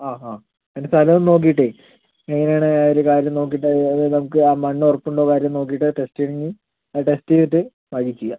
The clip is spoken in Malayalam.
ആ ഹാ പിന്നെ സ്ഥലവും നോക്കിയിട്ടെ പിന്നെ എങ്ങനെയാണ് അത് കാര്യം നോക്കിയിട്ട് അത് അത് നമുക്ക് ആ മണ്ണൊറപ്പുണ്ടോ കാര്യം നോക്കിയിട്ട് ടെസ്റ്റിംഗും അത് ടെസ്റ്റ് ചെയ്തിട്ട് ബാക്കി ചെയ്യാം